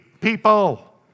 people